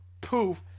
poof